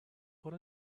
put